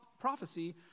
prophecy